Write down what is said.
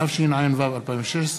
התשע"ו 2016,